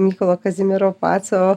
mykolo kazimiero paco